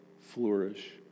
flourish